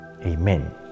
Amen